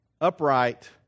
upright